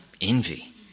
envy